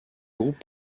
groupe